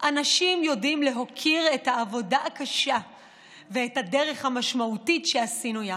אנשים יודעים להוקיר את העבודה הקשה ואת הדרך המשמעותית שעשינו יחד.